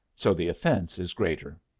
so the offence is greater.